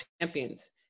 champions